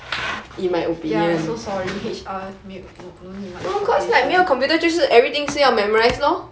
ya so sorry H_R 没有 don't need much calculation